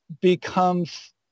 becomes